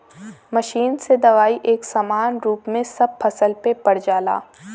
machine से दवाई एक समान रूप में सब फसल पे पड़ जाला